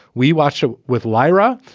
we watch you with lyra.